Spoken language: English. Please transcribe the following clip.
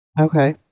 Okay